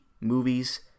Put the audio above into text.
movies